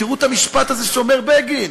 תראו את המשפט הזה שאומר בגין: